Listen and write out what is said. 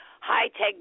high-tech